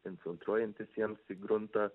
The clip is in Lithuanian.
infiltruojantis jiems į gruntą